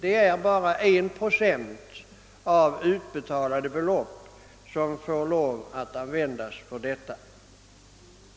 Endast en procent av utbetalade belopp får användas för detia.